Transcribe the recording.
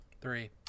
Three